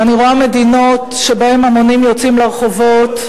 ואני רואה מדינות שבהן המונים יוצאים לרחובות.